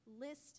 list